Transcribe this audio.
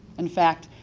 in fact,